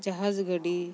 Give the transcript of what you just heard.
ᱡᱟᱦᱟᱡᱽ ᱜᱟᱹᱰᱤ